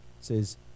says